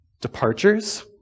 Departures